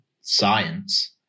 science